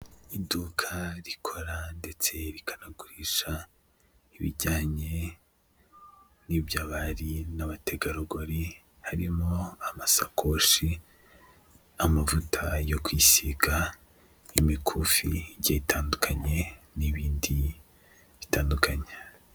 Iduka rikora ndetse rikanagurisha ibijyanye n'iby'abari n'abategarugori harimo amasakoshi, amavuta yo kwisiga, imikufi igiye itandukanye n'ibindi bitandukanye.